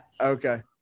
Okay